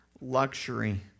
luxury